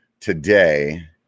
today